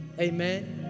Amen